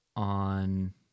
on